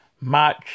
March